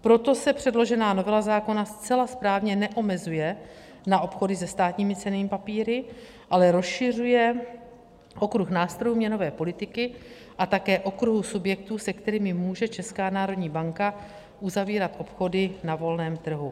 Proto se předložená novela zákona zcela správně neomezuje na obchody se státními cennými papíry, ale rozšiřuje okruh nástrojů měnové politiky a také okruh subjektů, s kterým může Česká národní banka uzavírat obchody na volném trhu.